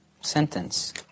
sentence